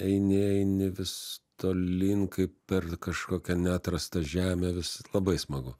eini eini vis tolyn kaip per kažkokią neatrastą žemę vis labai smagu